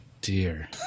dear